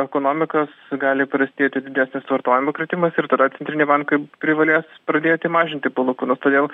ekonomikas gali prasidėti didesnis vartojimo kritimas ir tada centriniai bankai privalės pradėti mažinti palūkanas todėl